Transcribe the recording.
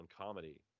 comedy